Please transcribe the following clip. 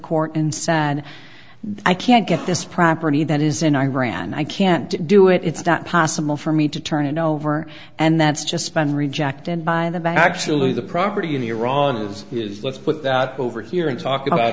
court and sad that i can't get this property that is in iran i can't do it it's not possible for me to turn it over and that's just been rejected by the by actually the property in iran as is let's put that over here and talk about